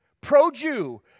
pro-Jew